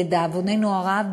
לדאבוננו הרב,